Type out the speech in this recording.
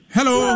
Hello